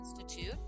Institute